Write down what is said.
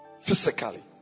physically